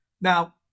now